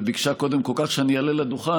וביקשה קודם כל כך שאעלה לדוכן,